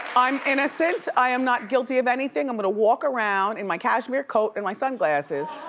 i'm innocent, i'm not guilty of anything, i'm gonna walk around in my cashmere coat and my sunglasses,